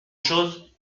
chose